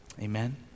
Amen